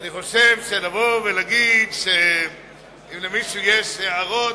שלהגיד שאם למישהו יש הערות,